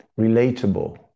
relatable